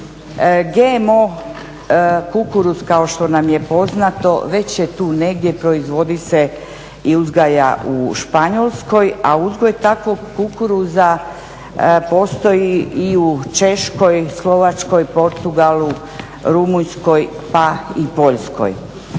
GMO kukuruz kao što nam je poznato, već je tu negdje, proizvodi se i uzgaja u Španjolskoj. A uzgoj takvog kukuruza postoji i u Češkoj, Slovačkoj, Portugalu, Rumunjskoj pa i Poljskoj.